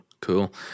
cool